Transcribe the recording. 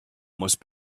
must